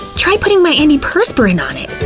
try putting my antiperspirant on it!